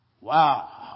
Wow